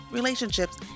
relationships